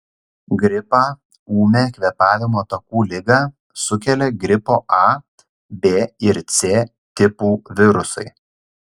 gripą ūmią kvėpavimo takų ligą sukelia gripo a b ir c tipų virusai